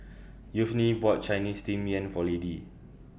Yvonne bought Chinese Steamed Yam For Laddie